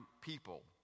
people